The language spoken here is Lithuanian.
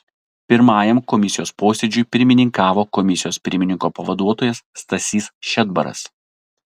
pirmajam komisijos posėdžiui pirmininkavo komisijos pirmininko pavaduotojas stasys šedbaras